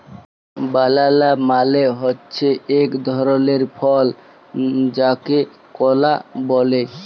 বালালা মালে হছে ইক ধরলের ফল যাকে কলা ব্যলে